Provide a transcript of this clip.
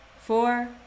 four